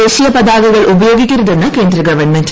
ദേശീയ പതാകകൾ ഉപയോഗിക്കരുതെന്ന് കേന്ദ്ര ഗവൺമെന്റ്